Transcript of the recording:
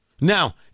Now